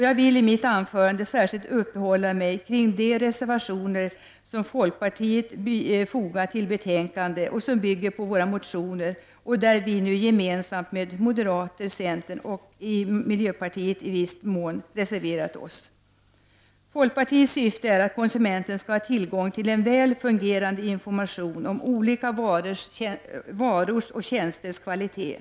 Jag kommer i mitt anförande att särskilt uppehålla mig vid de reservationer som folkpartiet har fogat till betänkandet och som bygger på våra motioner samt till de reservationer som vi har gemensamt med moderaterna, centern och viss mån miljöpartiet. Folkpartiets mål är att konsumenten skall ha tillgång till en väl fungerande information om olika varors och tjänsters kvalitet.